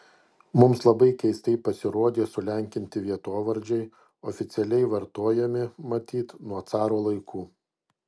mums labai keisti pasirodė sulenkinti vietovardžiai oficialiai vartojami matyt nuo caro laikų